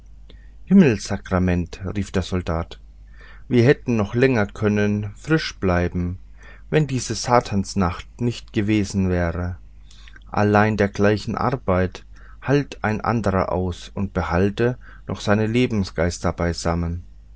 himmelsakrament rief der soldat wir hätten noch länger können frisch bleiben wenn diese satansnacht nicht gewesen wäre allein dergleichen arbeit halt ein andrer aus und behalte noch seine lebensgeister